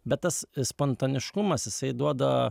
bet tas spontaniškumas jisai duoda